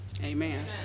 Amen